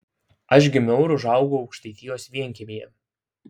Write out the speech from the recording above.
aš gimiau ir užaugau aukštaitijos vienkiemyje